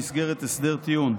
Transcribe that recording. במסגרת הסדר טיעון.